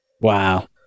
Wow